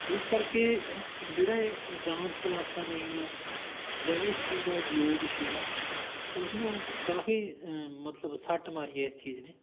ਇਸ ਕਰਕੇ ਜਿਹੜਾ ਇਹ ਡਾਂਸ ਕਲਾਸਾਂ ਨੇਗੀਆਂ ਜਾਂ ਇਹ ਚੀਜ਼ਾਂ ਉਦਯੋਗ ਸੀਗਾ ਉਸ ਨੂੰ ਕਾਫ਼ੀ ਮਤਲਬ ਸੱਟ ਮਾਰੀ ਇਸ ਚੀਜ਼ ਨੇ